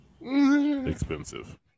expensive